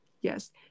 Yes